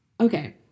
Okay